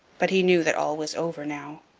but he knew that all was over now,